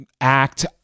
act